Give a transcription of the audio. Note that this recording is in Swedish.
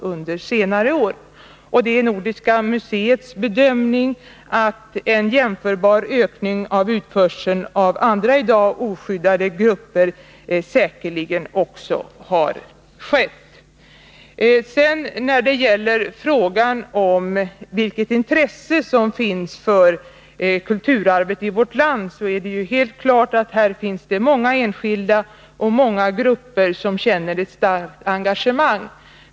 Och Nordiska museet gör den bedömningen att det säkerligen också har skett en jämförbar ökning av utförseln av andra i dag oskyddade grupper. När det gäller vilket intresse som i vårt land finns för vårt kulturarv är det klart att det finns många enskilda och grupper som känner ett starkt engagemang.